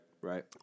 Right